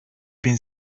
bin